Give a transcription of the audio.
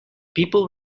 people